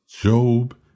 Job